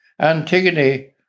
Antigone